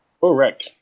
Correct